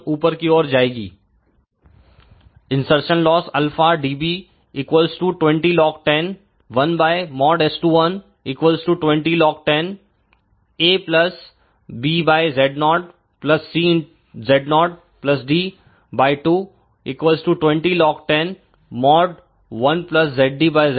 ऊपर की ओर जाएगी इनसरसन लॉसα dB 20log101